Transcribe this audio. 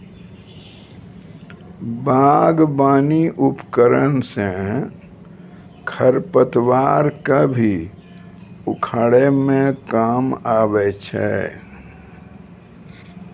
बागबानी उपकरन सँ खरपतवार क भी उखारै म काम आबै छै